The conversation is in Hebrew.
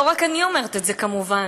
לא רק אני אומרת את זה, כמובן.